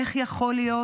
איך יכול להיות